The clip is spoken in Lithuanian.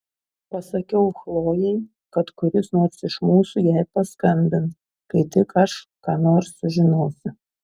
pasakiau chlojei kad kuris nors iš mūsų jai paskambins kai tik aš ką nors sužinosiu